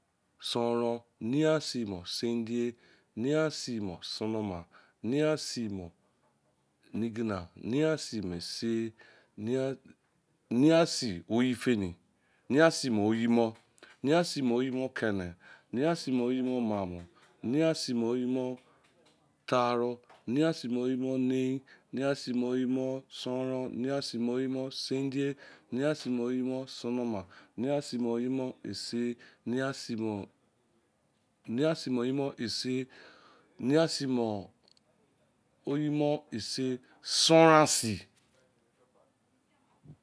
Son-ron, nein si mo son-dio, nein si mo sonoma, nein si mo neigina, nein si mo esi, nein si oyi fon, nein si mo oyi, nein si mo yi mo kene, nein si mo oyi taaru, nein si mo oyi nein, nein si mo oyi son-ron, nein si mo oyi sono-ma, nein si mo oyi esi, nein si mo oyi, son- ron si